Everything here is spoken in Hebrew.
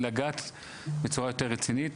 לגעת בצורה יותר רצינית